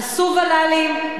עשו ול"לים,